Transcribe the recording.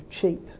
cheap